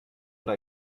oder